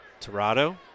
Torado